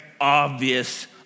obvious